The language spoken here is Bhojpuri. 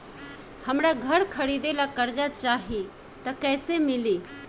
हमरा घर खरीदे ला कर्जा चाही त कैसे मिली?